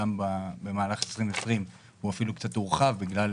במהלך 2020 הוא אפילו קצת הורחב בגלל